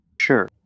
Sure